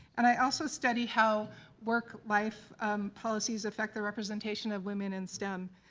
and i also study how work life policies affect the representation of women in stem.